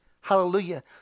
Hallelujah